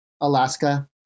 Alaska